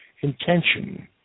intention